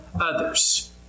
others